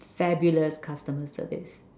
fabulous customer service